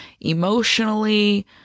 emotionally